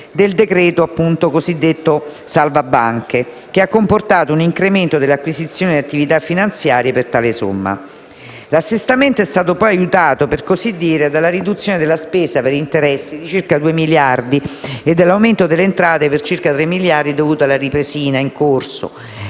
237 del 2016, cosiddetto salva banche, che ha comportato un incremento delle acquisizioni di attività finanziarie per tale somma. L'assestamento è stato poi aiutato, per così dire, dalla riduzione della spesa per interessi per circa 2 miliardi e dall'aumento delle entrate per circa 3 miliardi dovuto alla ripresina in corso.